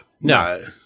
no